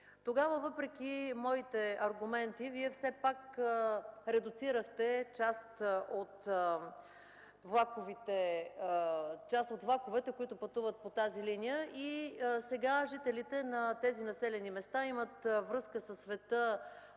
Тогава въпреки моите аргументи Вие все пак редуцирахте част от влаковете, които пътуват по тази линия. Сега жителите на тези населени места имат връзка със света